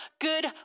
good